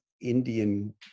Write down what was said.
Indian